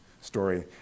story